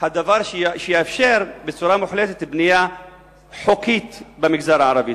דבר שיאפשר בצורה מוחלטת בנייה חוקית במגזר הערבי.